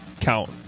count